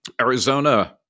Arizona